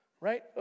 Right